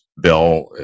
bill